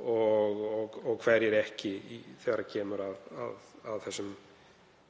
og hverjir ekki þegar kemur að þeim